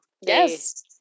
yes